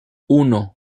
uno